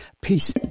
peace